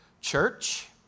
church